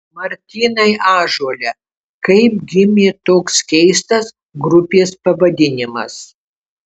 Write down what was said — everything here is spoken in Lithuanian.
martynai ąžuole kaip gimė toks keistas grupės pavadinimas